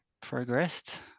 progressed